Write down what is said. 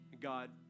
God